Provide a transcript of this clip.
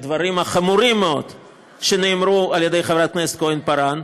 על הדברים החמורים מאוד שנאמרו על ידי חברת הכנסת כהן-פארן.